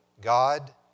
God